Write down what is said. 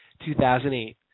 2008